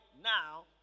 now